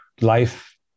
life